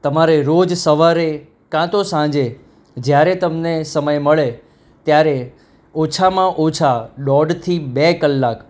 તમારે રોજ સવારે કા તો સાંજે જ્યારે તમને સમય મળે ત્યારે ઓછામાં ઓછા દોઢથી બે કલાક